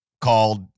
called